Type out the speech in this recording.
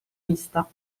vista